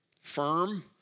firm